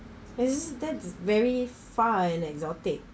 is that very far and exotic